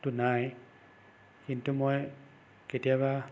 তো নাই কিন্তু মই কেতিয়াবা